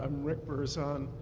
um rick burrzon.